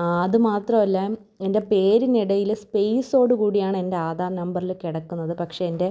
ആ അത് മാത്രമല്ല എൻ്റെ പേരിനിടയിൽ സ്പേസോടു കൂടിയാണെൻ്റെ ആധാർ നമ്പറിൽ കിടക്കുന്നത് പക്ഷേ എൻ്റെ